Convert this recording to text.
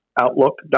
outlook